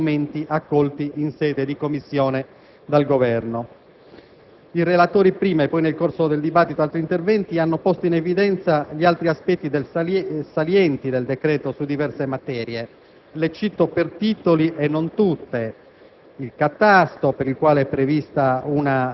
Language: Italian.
ma di tradurre in emendamenti alla finanziaria gli argomenti accolti in sede di Commissione dal Governo. I relatori prima e poi, nel corso del dibattito, altri interventi hanno posto in evidenza gli altri aspetti salienti del decreto su diverse materie, le cito per titoli e non tutte: